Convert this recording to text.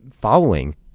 following